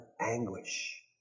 anguish